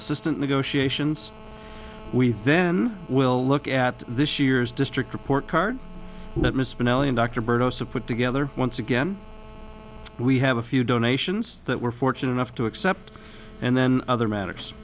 assistant negotiations we then will look at this year's district report card that miss million dr bird osa put together once again we have a few donations that we're fortunate enough to accept and then other matters